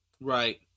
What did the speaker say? Right